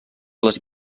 les